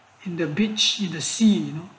in the beach he the sea you know